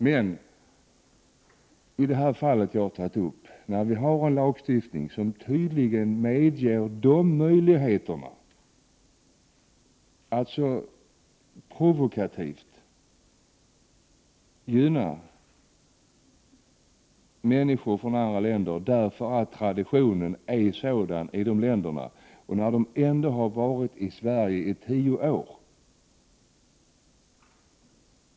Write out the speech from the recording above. Men i det fall som jag har tagit upp medger tydligen lagstiftningen att man provokativt gynnar människor från andra länder därför att traditionen är en annan i dessa länder, trots att dessa människor har varit i Sverige i tio år.